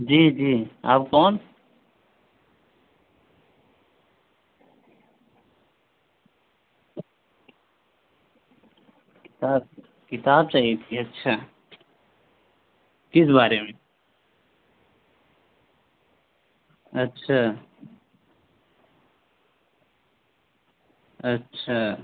جی جی آپ کون کتاب کتاب چاہیے تھی اچھا کس بارے میں اچھا اچھا